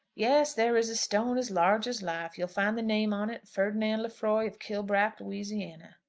yes there is a stone as large as life. you'll find the name on it ferdinand lefroy of kilbrack, louisiana.